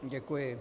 Děkuji.